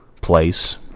place